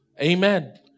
Amen